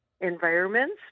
environments